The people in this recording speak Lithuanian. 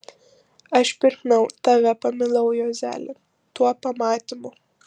aš pirmiau tave pamilau juozeli tuo pamatymu